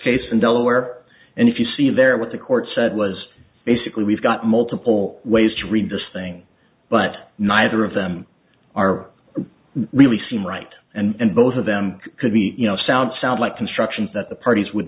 case in delaware and if you see there what the court said was basically we've got multiple ways to read this thing but neither of them are really seem right and both of them could be you know sound sound like constructions that the parties would